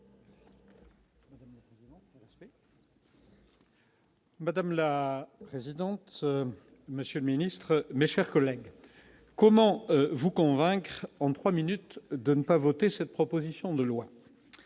Madame la présidente, monsieur le ministre, mes chers collègues, comment vous convaincre en trois minutes de ne pas voter cette proposition de loi ?